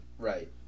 Right